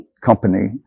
company